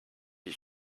you